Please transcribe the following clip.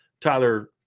Tyler